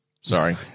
sorry